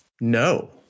No